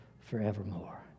forevermore